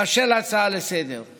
באשר להצעה לסדר-היום,